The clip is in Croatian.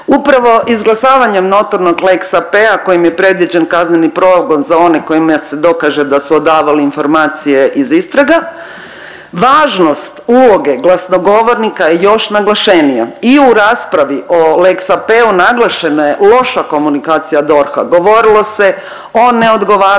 Upravo izglasavanjem notornog lex AP-a kojim je predviđen kazneni progon za one kojima se dokaže da su odavali informacije iz istraga važnost uloge glasnogovornika je još naglašenija i u raspravi o lex AP-u naglašena je loša komunikacija DORH-a. Govorilo se o neodgovaranju